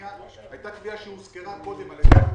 הייתה תביעה שהוזכרה קודם על ידי היועצת